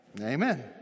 Amen